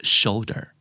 shoulder